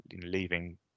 leaving